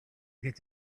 get